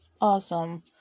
Awesome